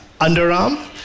underarm